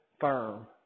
firm